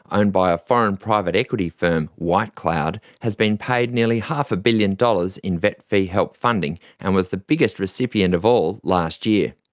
owned by a foreign private equity firm white cloud, has been paid nearly half a billion dollars in vet fee-help funding and was the biggest recipient of all last year.